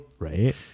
right